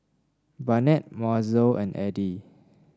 Barnett Mozell and Eddy